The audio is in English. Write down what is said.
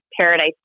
paradise